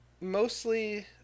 mostly